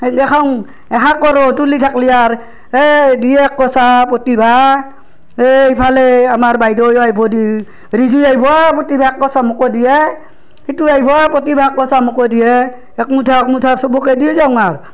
সেনকৈ খাওঁ এ শাকৰো তুলি থাকিলে আৰু এ দিয়ে এককোচা প্ৰতিভা এ ইফালে আমাৰ বাইদেউও আহিব দি ৰিজু আহিব অঁ প্ৰতিভা এককোচা মোকো দে এ সিটুৱে আহিব এ প্ৰতিভা এককোচা মোকো দি এ একমুঠা একমুঠা চবকে দি যাওঁ আৰু